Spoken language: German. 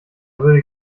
würde